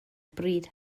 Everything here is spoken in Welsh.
bryd